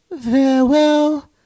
farewell